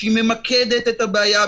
שממקדת את הבעיה,